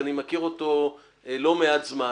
אני מכיר אותו לא מעט זמן,